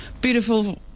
beautiful